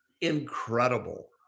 incredible